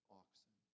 oxen